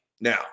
Now